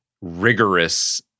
rigorous